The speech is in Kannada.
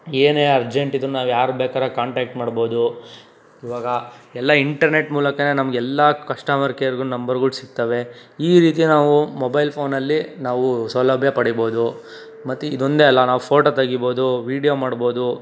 ಏನೇ ಅರ್ಜೆಂಟ್ ಇದ್ದರೂ ನಾವ್ಯಾರ ಬೇಕಾರ ಕಾಂಟಾಕ್ಟ್ ಮಾಡ್ಬೋದು ಈವಾಗ ಎಲ್ಲ ಇಂಟರ್ನೆಟ್ ಮೂಲಕವೇ ನಮಗೆ ಎಲ್ಲ ಕಸ್ಟಮರ್ ಕೇರ್ಗಳ ನಂಬರ್ಗಳು ಸಿಗ್ತವೆ ಈ ರೀತಿ ನಾವು ಮೊಬೈಲ್ ಫೋನಲ್ಲಿ ನಾವು ಸೌಲಭ್ಯ ಪಡಿಬೋದು ಮತ್ತೆ ಇದೊಂದೇ ಅಲ್ಲ ನಾವು ಪೋಟೋ ತೆಗಿಬೋದು ವಿಡಿಯೋ ಮಾಡ್ಬೋದು